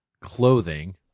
Clothing